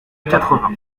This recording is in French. quatre